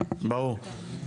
ברור.